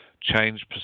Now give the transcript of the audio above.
change